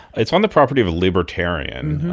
it's on the property of a libertarian.